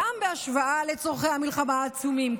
גם בהשוואה לצורכי המלחמה העצומים.